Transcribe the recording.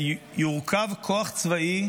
שיורכב כוח צבאי